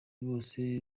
bose